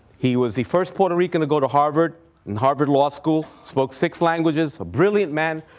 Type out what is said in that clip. he was the first puerto rican to go to harvard, in harvard law school, spoke six languages, a brilliant man,